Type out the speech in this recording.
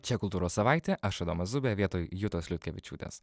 čia kultūros savaitė aš adomas zubė vietoj jutos liutkevičiūtės